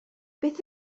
beth